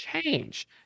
change